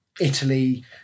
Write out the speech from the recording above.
Italy